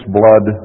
blood